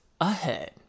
ahead